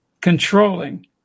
controlling